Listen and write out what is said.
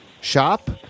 shop